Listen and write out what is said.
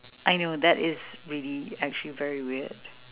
I know that is really actually very weird